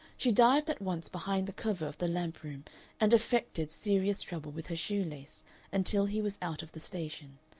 she dived at once behind the cover of the lamp-room and affected serious trouble with her shoe-lace until he was out of the station,